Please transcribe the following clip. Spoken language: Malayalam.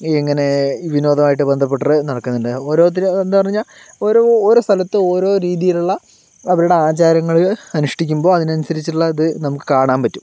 ഇങ്ങനെ വിനോദമായിട്ട് ബന്ധപ്പെട്ടിട്ട് നടക്കുന്നുണ്ട് ഓരോത്തരും എന്ന് പറഞ്ഞാൽ ഓരോ ഓരോ സ്ഥലത്ത് ഓരോ രീതിയിലുള്ള അവരുടെ ആചാരങ്ങള് അനുഷ്ഠിക്കുമ്പോൾ അതിനനുസരിച്ചുള്ള ഇത് നമുക്ക് കാണാൻ പറ്റും